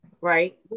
right